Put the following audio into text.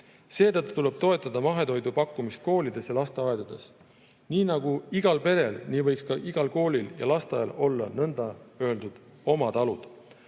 Seetõttu tuleb toetada mahetoidu pakkumist koolides ja lasteaedades. Nii nagu igal perel, nii võiks ka igal koolil ja lasteaial olla nõnda-öelda oma talud.